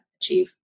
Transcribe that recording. achieve